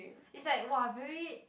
it's like !wah! very